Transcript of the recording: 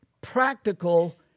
practical